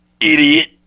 Idiot